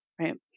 right